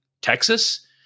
Texas